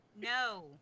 No